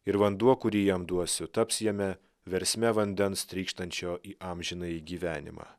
ir vanduo kurį jam duosiu taps jame versme vandens trykštančio į amžinąjį gyvenimą